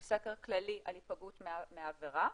הוא סקר כללי על היפגעות מהעבירות.